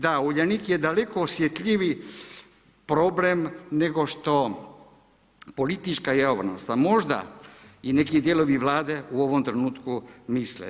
Da Uljanik je daleko osjetljiviji problem nego što politička javnost, a možda i neki dijelovi Vlade u ovom trenutku misle.